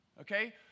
okay